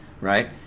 right